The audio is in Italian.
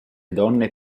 donne